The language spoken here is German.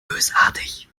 bösartig